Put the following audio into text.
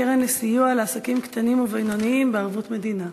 הקרן לסיוע לעסקים קטנים ובינוניים בערבות המדינה.